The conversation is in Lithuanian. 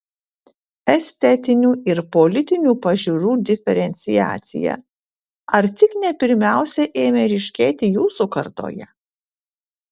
estetinių ir politinių pažiūrų diferenciacija ar tik ne pirmiausia ėmė ryškėti jūsų kartoje